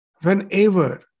whenever